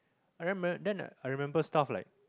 i rem~ then I remember stuff like